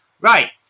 Right